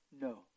No